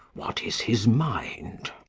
what is his mind?